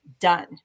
done